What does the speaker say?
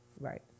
Right